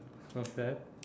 okay